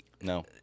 no